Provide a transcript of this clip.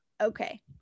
okay